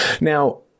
Now